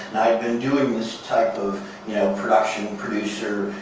i had been doing this type of you know production, and producer,